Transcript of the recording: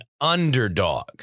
underdog